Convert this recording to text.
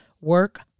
Work